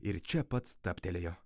ir čia pat stabtelėjo